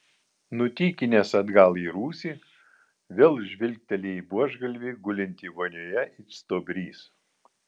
nutykinęs atgal į rūsį vėl žvilgteli į buožgalvį gulintį vonioje it stuobrys